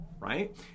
Right